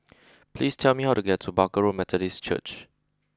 please tell me how to get to Barker Road Methodist Church